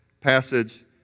passage